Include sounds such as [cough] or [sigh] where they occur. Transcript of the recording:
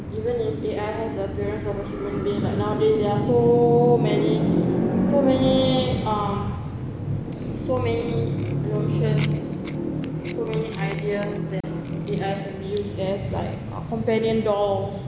even if A_I has an appearance of a human being nowadays there are so many so many um [noise] so many notions so many ideas that A_I can be used as like companion dolls